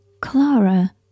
Clara